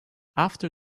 after